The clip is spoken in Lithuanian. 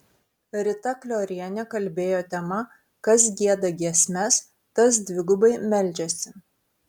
rita kliorienė kalbėjo tema kas gieda giesmes tas dvigubai meldžiasi